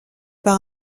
par